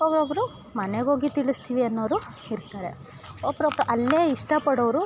ಒಬ್ಬೊಬ್ರು ಮನೆಗೋಗಿ ತಿಳಿಸ್ತೀವಿ ಅನ್ನೋರು ಇರ್ತಾರೆ ಒಬ್ಬೊಬ್ರು ಅಲ್ಲೇ ಇಷ್ಟ ಪಡೋವ್ರು